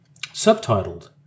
subtitled